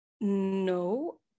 No